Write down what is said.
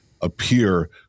appear